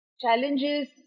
Challenges